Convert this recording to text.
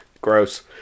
Gross